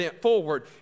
forward